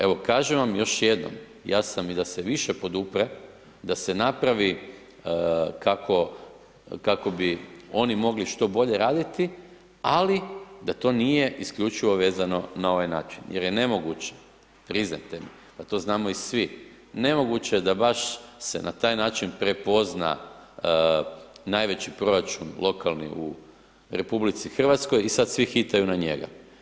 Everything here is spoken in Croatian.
Evo, kažem vam još jednom, ja sam i da se više podupre, da se napravi kako bi oni mogli što bolje raditi, ali da to nije isključivo vezano na ovaj način jer je nemoguće, priznajte mi, pa to znamo i svi, nemoguće je da baš se na taj način prepozna najveći proračun lokalni u RH i sad svi hitaju na njega.